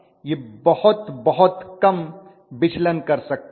यह बहुत बहुत कम विचलन कर सकता है